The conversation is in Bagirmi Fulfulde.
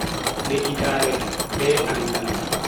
De'itaare be andaal